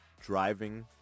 driving